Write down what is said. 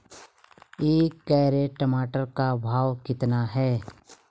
एक कैरेट टमाटर का भाव कितना है?